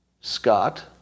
Scott